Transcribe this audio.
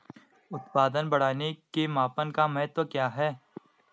उत्पादन बढ़ाने के मापन का महत्व क्या है?